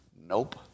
nope